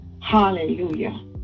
Hallelujah